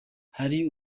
hari